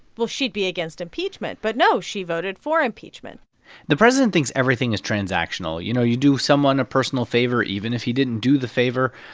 well, she'd be against impeachment. but no, she voted for impeachment the president thinks everything is transactional. you know, you do someone a personal favor, even if you didn't do the favor,